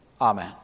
Amen